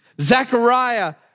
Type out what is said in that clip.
Zechariah